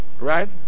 Right